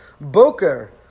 Boker